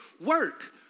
work